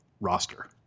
roster